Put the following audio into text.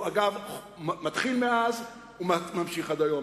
שהוא, אגב, מתחיל מאז, וממשיך עד היום.